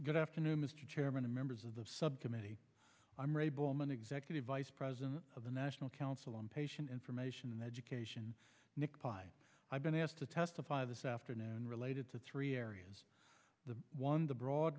good afternoon mr chairman and members of the subcommittee i'm ray bowman executive vice president of the national council on patient information education nick pi i've been asked to testify this afternoon related to three areas the one the broad